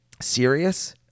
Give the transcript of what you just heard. serious